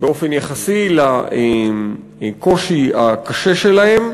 באופן יחסי לקושי הקשה שלהם,